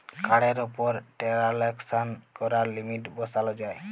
কাড়ের উপর টেরাল্সাকশন ক্যরার লিমিট বসাল যায়